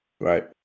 Right